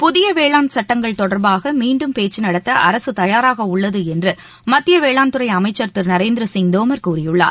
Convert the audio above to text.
புதிய வேளாண் சட்டங்கள் தொடர்பாக மீண்டும் பேச்சு நடத்த அரசு தயாராக உள்ளது என்று மத்திய வேளாண்துறை அமைச்சர் திர நரேந்திர சிங் தோமர் கூறியுள்ளார்